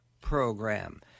program